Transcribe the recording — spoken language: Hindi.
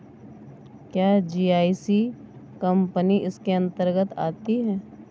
क्या जी.आई.सी कंपनी इसके अन्तर्गत आती है?